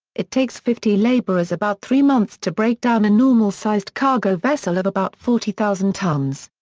it takes fifty labourers about three months to break down a normal-sized cargo vessel of about forty thousand tonnes.